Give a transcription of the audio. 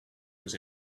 was